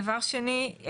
דבר שני,